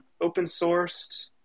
open-sourced